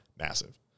massive